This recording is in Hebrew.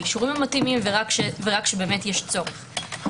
באישורים המתאימים ורק כשבאמת יש צורך.